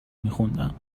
میخوندم